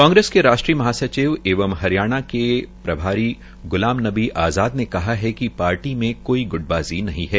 कांग्रेस के राष्ट्रीय महासचिव एवं हरियाणा के प्रभारी ग्लाम नबी आजादा ने कहा है कि पार्टी में कोई ग्टबाज़ी नहीं है